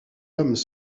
lames